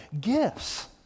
gifts